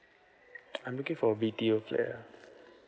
I'm looking for a B_T_O flat ah